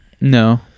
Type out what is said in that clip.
No